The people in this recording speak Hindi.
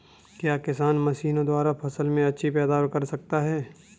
क्या किसान मशीनों द्वारा फसल में अच्छी पैदावार कर सकता है?